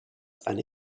eine